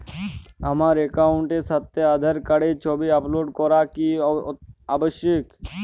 আমার অ্যাকাউন্টের সাথে আধার কার্ডের ছবি আপলোড করা কি আবশ্যিক?